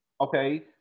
okay